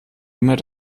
immer